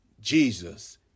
Jesus